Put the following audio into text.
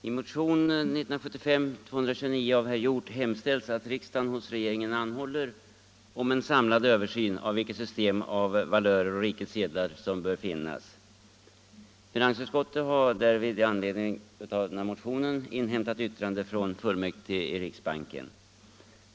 Herr talman! I motionen 229 av herr Hjorth hemställs att riksdagen hos regeringen anhåller om en samlad översyn av vilket system av valörer å rikets sedlar som bör finnas. Finansutskottet har i anledning av motionen inhämtat yttrande från fullmäktige i riksbanken.